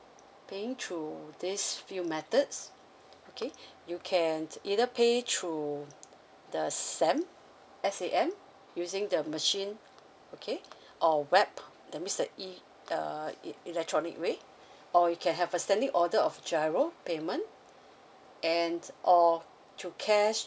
paying through these few methods okay you can either pay through the S_A_M S A M using the machine okay or web that means the e~ err e~ electronic way or you can have a standing order of G_I_R_O payment and or through cash